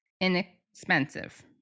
inexpensive